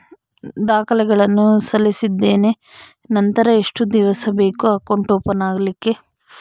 ದಾಖಲೆಗಳನ್ನು ಸಲ್ಲಿಸಿದ್ದೇನೆ ನಂತರ ಎಷ್ಟು ದಿವಸ ಬೇಕು ಅಕೌಂಟ್ ಓಪನ್ ಆಗಲಿಕ್ಕೆ?